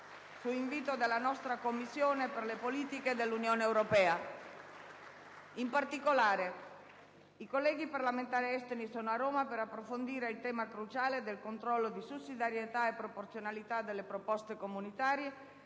su invito della nostra Commissione per le politiche dell'Unione europea. In particolare, i colleghi parlamentari estoni sono a Roma per approfondire il tema cruciale del controllo di sussidiarietà e proporzionalità delle proposte comunitarie,